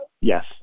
yes